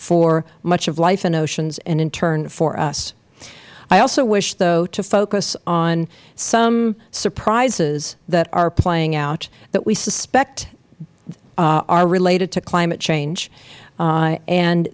for much of life in oceans and in turn for us i also wish though to focus on some surprises that are playing out that we suspect are related to climate change a